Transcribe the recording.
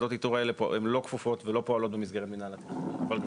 הן לא כפופות ולא פועלות במסגרת מינהל התכנון.